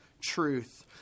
truth